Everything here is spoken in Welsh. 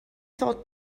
ddod